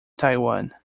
taiwan